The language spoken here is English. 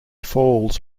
falls